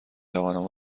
توانم